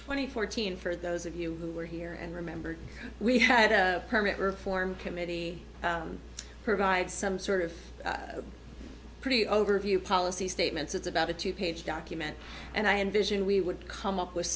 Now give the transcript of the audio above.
twenty fourteen for those of you who are here and remember we had a permit reform committee provide some sort of a pretty overview policy statements it's about a two page document and i envision we would come up with